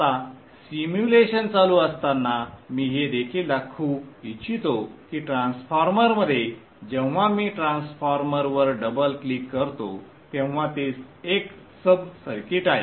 आता सिम्युलेशन चालू असताना मी हे देखील दाखवू इच्छितो की ट्रान्सफॉर्मरमध्ये जेव्हा मी ट्रान्सफॉर्मरवर डबल क्लिक करतो तेव्हा ते एक सब सर्किट आहे